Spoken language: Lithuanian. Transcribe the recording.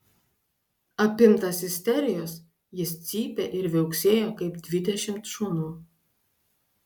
apimtas isterijos jis cypė ir viauksėjo kaip dvidešimt šunų